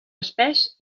espés